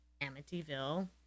Amityville